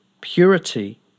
purity